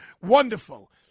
Wonderful